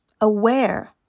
aware